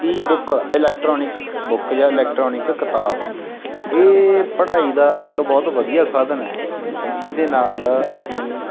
ebook electronic book ਜਾਂ electronic ਕਿਤਾਬ ਇਹ ਪੜ੍ਹਾਈ ਦਾ ਇੱਕ ਬਹੁਤ ਵਧੀਆ ਸਾਧਨ ਹੈ ਜਿਹਦੇ ਨਾਲ ਅਸੀਂ